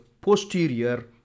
posterior